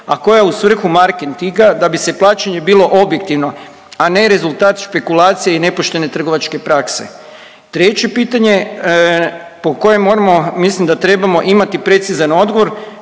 a koja u svrhu marketinga da bi se plaćanje bilo objektivno, a ne rezultat špekulacije i nepoštene trgovačke prakse. Treće pitanje po kojem moramo, mislim da trebamo imati precizan odgovor,